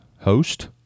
host